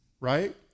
Right